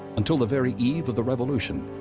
until the very eve of the revolution,